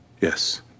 Yes